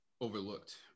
overlooked